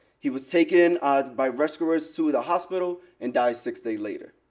he was taken out by rescuers to the hospital and died six days later.